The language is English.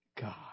God